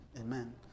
Amen